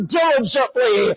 diligently